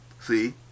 See